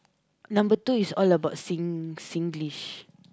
number two is all about sing~ Singlish